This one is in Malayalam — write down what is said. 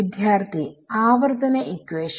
വിദ്യാർത്ഥി ആവർത്തന ഇക്വേഷൻ